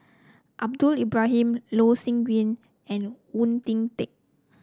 Ahmad Ibrahim Loh Sin Yun and Oon Jin Teik